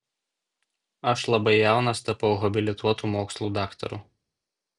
aš labai jaunas tapau habilituotu mokslų daktaru